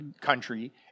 country